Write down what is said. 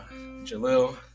Jalil